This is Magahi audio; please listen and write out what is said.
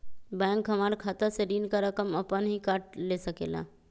बैंक हमार खाता से ऋण का रकम अपन हीं काट ले सकेला?